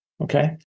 okay